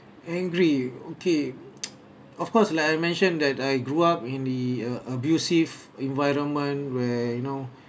angry okay of course like I mentioned that I grew up in the uh abusive environment where you know